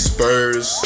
Spurs